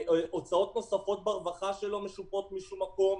הוצאות נוספות ברווחה שלא משופות משום מקום.